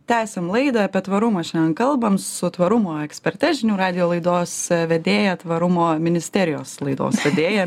tęsiam laidą apie tvarumą šiandien kalbam su tvarumo eksperte žinių radijo laidos vedėja tvarumo ministerijos laidos vedėja